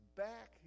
back